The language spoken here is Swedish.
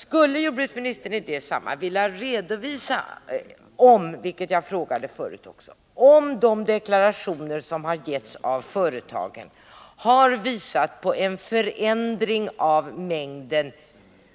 Skulle jordbruksministern i det sammanhanget vilja redovisa — vilket jag också frågat förut — om de deklarationer som har gjorts av företagen har visat på en förändring av mängden